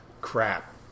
Crap